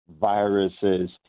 viruses